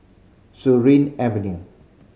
Surin Avenue